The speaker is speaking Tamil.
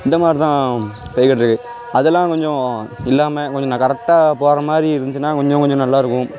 இந்த மாதிரிதான் போய்கிட்டிருக்கு அதெல்லாம் கொஞ்சம் இல்லாமல் கொஞ்சம் நான் கரெக்டாக போகிற மாதிரி இருந்துச்சினால் கொஞ்சம் கொஞ்சம் நல்லாயிருக்கும்